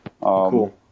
Cool